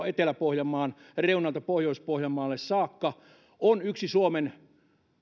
etelä pohjanmaan reunalta pohjois pohjanmaalle saakka on yksi suomen